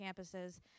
campuses